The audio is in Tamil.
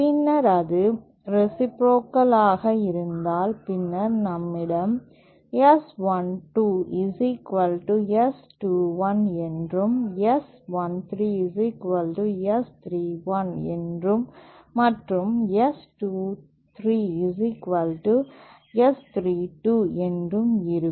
பின்னர் அது ரேசிப்ரோகல் ஆக இருந்தால் பின்னர் நம்மிடம் S12S21 என்றும் S 13S 31 என்றும் மற்றும் S 23 S 32 என்றும் இருக்கும்